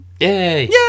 Yay